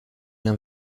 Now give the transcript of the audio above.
l’un